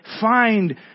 find